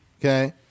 okay